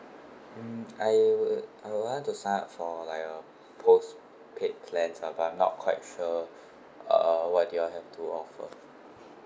um I would I want to sign up for like a postpaid plans ah but not quite sure uh what do you all have to offer